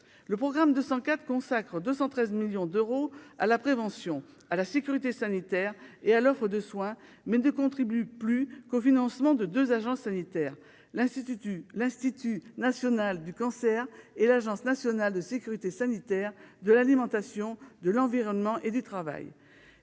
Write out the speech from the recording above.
le programme de 104 consacrent 213 millions d'euros à la prévention à la sécurité sanitaire et à l'offre de soins mais ne contribue plus qu'au financement de 2 agences sanitaires, l'institut, l'institut national du cancer et l'Agence nationale de sécurité sanitaire de l'alimentation, de l'environnement et du travail